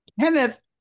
Kenneth